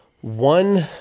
One